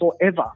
forever